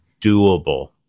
doable